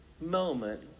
moment